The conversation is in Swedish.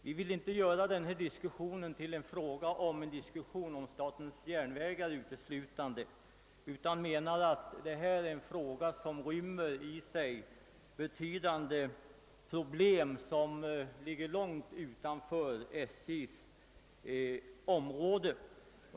Vi vill inte göra denna diskussion till en debatt uteslutande om statens järnvägar, utan vi menar, att den rymmer i sig betydande problem, vilka ligger långt utanför SJ:s område.